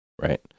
Right